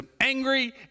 angry